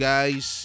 Guys